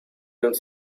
and